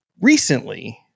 recently